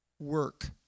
Work